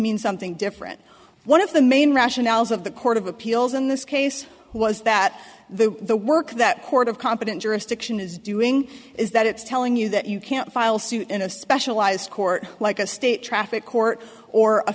mean something different one of the main rationales of the court of appeals in this case was that the the work that court of competent jurisdiction is doing is that it's telling you that you can't file suit in a specialized court like a state traffic court or a